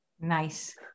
Nice